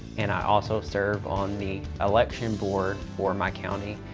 and i also serve on the election board for my county.